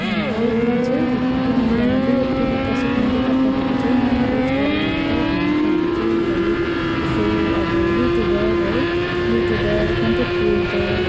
भारतमा चाहिँ यही विगत केही दशकमा देखा परेको चाहिँ नयाँ रोजगारी र भूमिकाहरू चाहिँ भयो जस्तो अब यु ट्युबर है यु ट्युबर कन्टेन्ट क्रिएटर